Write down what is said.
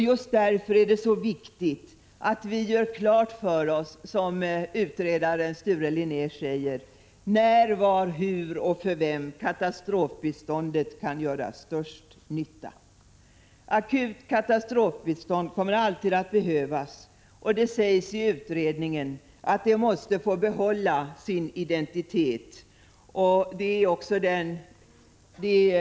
Just därför är det så viktigt att vi, som utredaren Sture Linnér säger, gör klart för oss när, var, hur och för vem katastrofbiståndet kan göra störst nytta. Akut katastrofbistånd kommer alltid att behövas, och det sägs i utredningen att det måste få behålla sin identitet. Det är också den uppfattning som Prot.